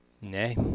Nay